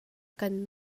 kan